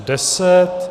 10.